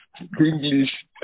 English